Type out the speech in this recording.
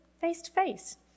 face-to-face